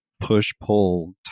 push-pull